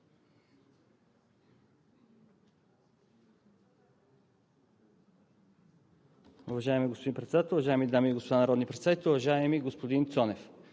Уважаеми господин Председател, уважаеми дами и господа народни представители! Уважаеми господин Ненков,